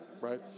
right